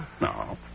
No